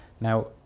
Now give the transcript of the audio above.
Now